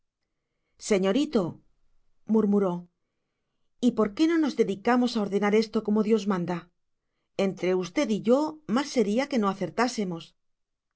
cachaza señorito murmuró y por qué no nos dedicamos a ordenar esto como dios manda entre usted y yo mal sería que no acertásemos